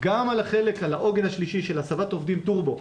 גם על העוגן השלישי של הסבת עובדים טורבו,